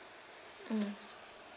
mm